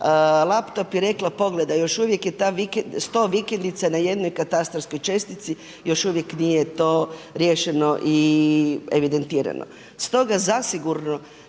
laptop i rekla pogledaj, još uvijek je 100 vikendica na jednoj katastarskoj čestici, još uvijek to nije riješeno i evidentirano.